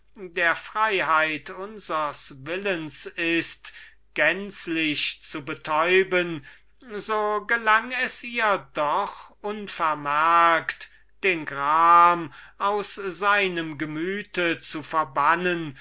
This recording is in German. der freiheit unsers willens ist gänzlich zu betäuben so gelang es ihr doch unvermerkt den gram aus seinem gemüte zu verbannen